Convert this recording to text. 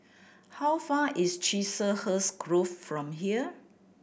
how far is Chiselhurst Grove from here